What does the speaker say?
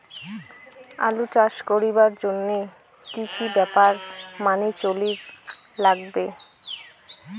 আলু চাষ করিবার জইন্যে কি কি ব্যাপার মানি চলির লাগবে?